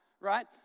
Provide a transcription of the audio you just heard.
right